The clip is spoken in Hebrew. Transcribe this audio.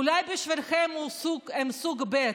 אולי בשבילכם הם סוג ב',